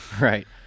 Right